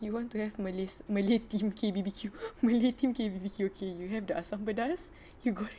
you want to have malay malay theme K_B_B_Q malay theme K_B_B_Q okay you have the asam pedas you goreng